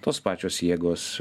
tos pačios jėgos